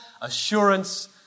assurance